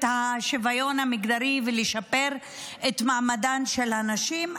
השוויון המגדרי ולשפר את מעמדן של הנשים,